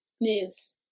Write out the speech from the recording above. news